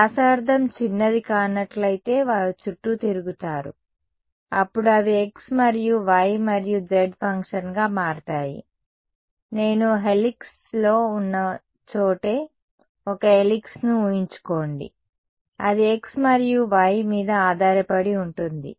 వ్యాసార్థం చిన్నది కానట్లయితే వారు చుట్టూ తిరుగుతారు అప్పుడు అవి x మరియు y మరియు z ఫంక్షన్గా మారతాయి నేను హెలిక్స్లో ఉన్న చోటే ఒక హెలిక్స్ను ఊహించుకోండి అది x మరియు y మీద ఆధారపడి ఉంటుంది